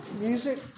music